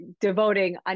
devoting